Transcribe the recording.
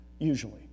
usually